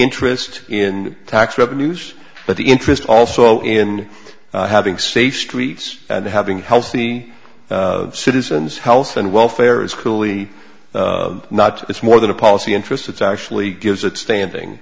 interest in tax revenues but the interest also in having safe streets and having healthy citizens health and welfare is clearly not it's more than a policy interest it's actually gives it standing